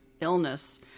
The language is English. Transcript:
illness